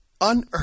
unearth